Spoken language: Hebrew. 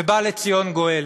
ובא לציון גואל.